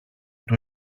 του